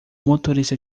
motorista